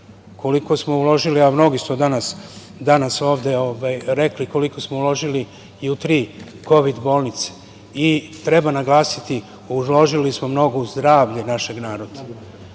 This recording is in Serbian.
koliko smo uložili, a mnogi su danas ovde rekli koliko smo uložili i u tri kovid bolnice, i treba naglasiti da smo uložili mnogo u zdravlje našeg naroda